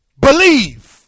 believe